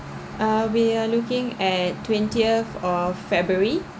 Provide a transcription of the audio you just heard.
ah we are we are looking at twentieth of february